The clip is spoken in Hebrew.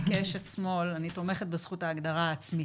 אני כאשת שמאל תומכת בזכות ההגדרה העצמית.